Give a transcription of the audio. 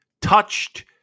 touched